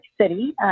City